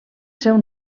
seu